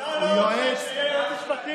אתה לא רוצה שיהיה ייעוץ משפטי